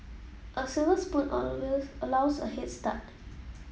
a silver spoon allows a head start